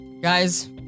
Guys